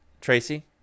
Tracy